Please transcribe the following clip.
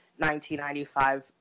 $19.95